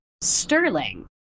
Sterling